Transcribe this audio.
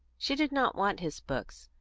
she did not want his books,